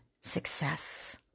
success